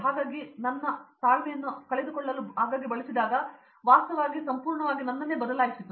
ಹಾಗಾಗಿ ನನ್ನ ಆಗಾಗ್ಗೆ ತಾಳ್ಮೆಯನ್ನು ಕಳೆದುಕೊಳ್ಳಲು ಬಳಸಿದಾಗ ಇದು ವಾಸ್ತವವಾಗಿ ಸಂಪೂರ್ಣವಾಗಿ ನನ್ನನ್ನೇ ಬದಲಾಯಿಸಿತು